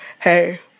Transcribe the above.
Hey